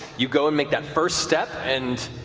you go and make that first step and